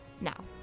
Now